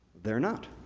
they're not.